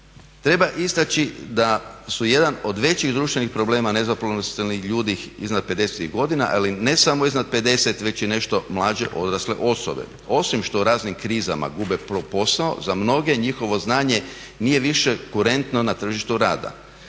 treba istaći da su jedan od većih društvenih problema nezaposlenih ljudi iznad 50 godina ali ne samo iznad 50 već i nešto mlađe odrasle osobe. Osim što raznim krizama gube posao za mnoge njihovo znanje nije više kurentno na tržištu rada.